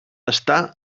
està